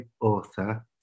author